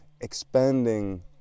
expanding